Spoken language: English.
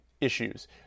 Issues